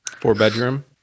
Four-bedroom